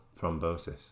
thrombosis